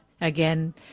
Again